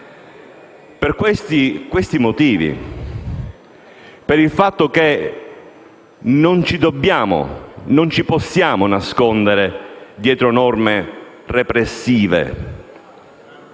Per questi motivi, per il fatto che non ci dobbiamo e non ci possiamo nascondere dietro norme repressive